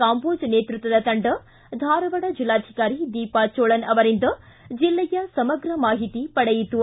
ಕಾಂಬೊಜ್ ನೇತೃತ್ವದ ತಂಡ ಧಾರವಾಡ ಜಿಲ್ಲಾಧಿಕಾರಿ ದೀಪಾ ಚೋಳನ್ ಅವರಿಂದ ಜಿಲ್ಲೆಯ ಸಮಗ್ರ ಮಾಹಿತಿ ಪಡೆಯಿತು